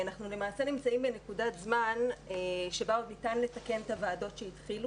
אנחנו נמצאים בנקודת זמן שבה עוד ניתן לתקן את הוועדות שהתחילו